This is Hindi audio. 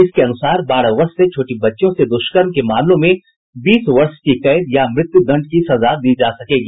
इसके अनुसार बारह वर्ष से छोटी बच्चियों से दुष्कर्म के मामलों में बीस वर्ष की कैद या मृत्युदंड की सजा दी जा सकेगी